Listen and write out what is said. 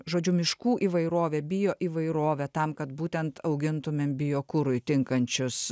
žodžiu miškų įvairovę bioįvairovę tam kad būtent augintumėm biokurui tinkančius